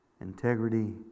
integrity